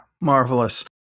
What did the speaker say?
Marvelous